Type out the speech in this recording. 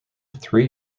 three